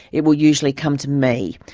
it will usually come to me.